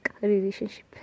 Relationship